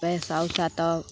पैसा उसा तऽ